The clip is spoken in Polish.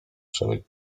przebieg